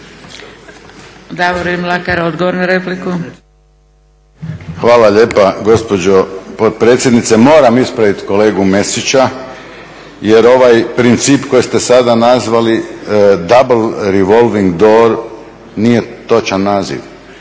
**Mlakar, Davorin (HDZ)** Hvala lijepa gospođo potpredsjednice. Moram ispraviti kolegu Mesića jer ovaj princip koji ste sada nazvali double revolving door nije točan naziv.